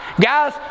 Guys